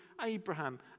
Abraham